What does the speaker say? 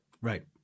Right